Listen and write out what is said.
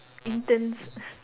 interns